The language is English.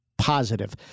positive